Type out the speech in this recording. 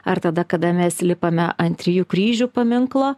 ar tada kada mes lipame ant trijų kryžių paminklo